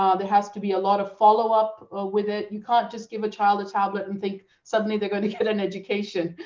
um there has to be a lot of followup with it. you can't just give a child a tablet and think suddenly they're going to get an education,